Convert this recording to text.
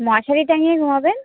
মশারি টাঙিয়ে ঘুমোবেন